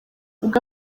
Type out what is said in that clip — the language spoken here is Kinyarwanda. ubwo